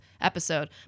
episode